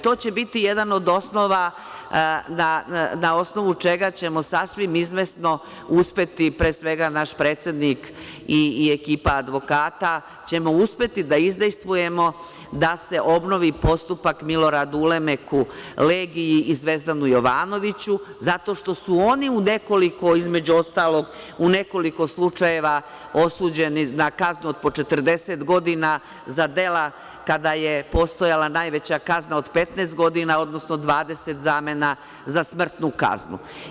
To će biti jedan od osnova, na osnovu čega ćemo sasvim izvesno uspeti, pre svega, naš predsednik i ekipa advokata, ćemo uspeti da izdejstvujemo da se obnovi postupak Miloradu Ulemeku Legiji i Zvezdanu Jovanoviću, zato što su oni, između ostalog, u nekoliko slučajeva osuđeni na kaznu od po 40 godina za dela kada je postojala najveća kazna od 15 godina odnosno 20 zamena za smrtnu kaznu.